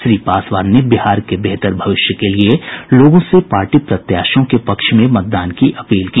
श्री पासवान ने बिहार के बेहतर भविष्य के लिए लोगों से पार्टी प्रत्याशियों के पक्ष में मतदान की अपील की